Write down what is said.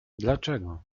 dlaczego